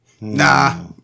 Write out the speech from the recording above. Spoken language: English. Nah